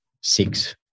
six